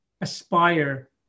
aspire